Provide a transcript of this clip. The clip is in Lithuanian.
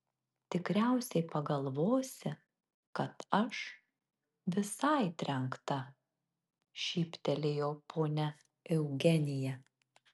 tikriausiai pagalvosi kad aš visai trenkta šyptelėjo ponia eugenija